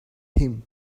him